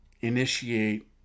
initiate